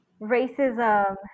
racism